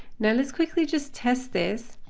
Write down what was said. now, let's quickly just test this.